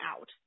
out